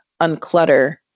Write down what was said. unclutter